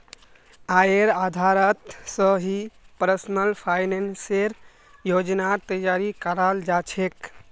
आयेर आधारत स ही पर्सनल फाइनेंसेर योजनार तैयारी कराल जा छेक